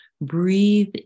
Breathe